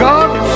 God